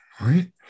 right